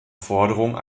forderung